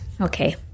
Okay